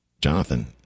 Jonathan